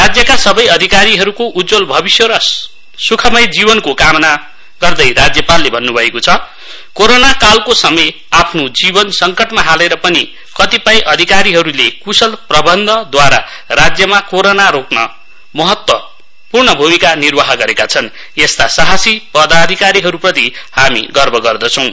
राज्यका सबै अधिकारीहरूको उज्जवल भविष्य र सु्खमय जीवनको कामना गर्दै राज्यपालले अन्न् भएको छ कोरोनाकालको समय आफ्नो जीवन सङ्कटमा हालेर पनि कतिपय अधिकारीहरूले क्शल प्रबन्धद्वारा राज्यमा कोरोना रोक्न महत् भूमिका निर्वाह गरेका छन् यस्ता सहासी पदाधिकारीहरूप्रति हामी गर्व गर्दछौं